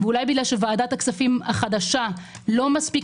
ואולי בגלל שוועדת הכספים החדשה לא מספיק